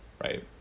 right